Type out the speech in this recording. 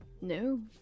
No